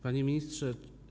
Panie Ministrze!